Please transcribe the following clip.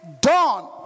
done